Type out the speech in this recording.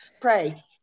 pray